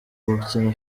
gukina